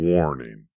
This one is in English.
Warning